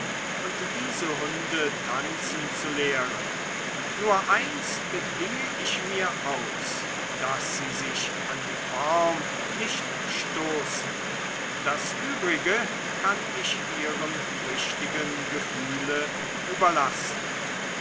und diese hunde tanzen zu lehren nur eins bedinge ich mir aus daß sie sich an die form nicht stoßen das übrige kann ich ihrem richtigen gefühle überlassen